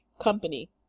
company